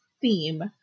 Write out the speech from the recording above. theme